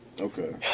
Okay